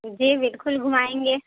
جی بالکل گھمائیں گے